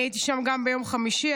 אני הייתי שם גם ביום חמישי.